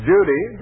Judy